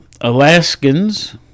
Alaskans